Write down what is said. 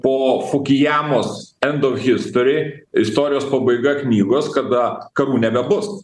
po fukijamos end of history istorijos pabaiga knygos kada karų nebebus